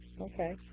Okay